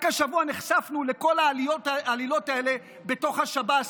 רק השבוע נחשפנו לכל העלילות האלה בתוך השב"ס,